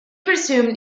resumed